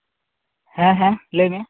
ᱦᱮᱸ ᱦᱮᱸ ᱞᱟᱹᱭ ᱢᱮ